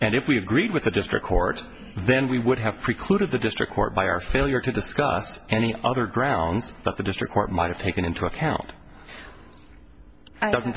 and if we agreed with the district court then we would have precluded the district court by our failure to discuss any other grounds that the district court might have taken into account i